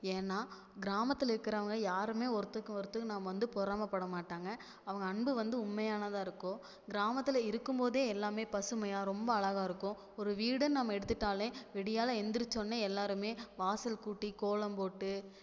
ஏன்னா கிராமத்தில் இருக்குறவங்க யாரும் ஒருத்தருக்கு ஒருத்தருங்க நம்ம வந்து பொறாமைப்படமாட்டாங்க அவங்க அன்பு வந்து உண்மையானதாக இருக்கும் கிராமத்தில் இருக்கும்போதே எல்லாம் பசுமையாக ரொம்ப அழகாக இருக்கும் ஒரு வீடுன்னு நம்ம எடுத்துக்கிட்டால் விடியால எந்திரிச்சவொடனே எல்லோரும் வாசல் கூட்டி கோலம் போட்டு